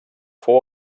fou